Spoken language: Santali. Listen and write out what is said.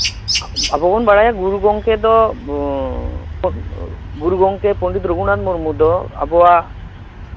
ᱟᱵᱚ ᱵᱚᱱ ᱵᱟᱲᱟᱭᱟ ᱜᱩᱨᱩ ᱜᱚᱝᱠᱮ ᱫᱚ ᱜᱩᱨᱩ ᱜᱚᱝᱠᱮ ᱯᱚᱱᱰᱤᱛ ᱨᱚᱜᱷᱩᱱᱟᱛᱷ ᱢᱩᱨᱢᱩ ᱫᱚ ᱟᱵᱚᱣᱟᱜ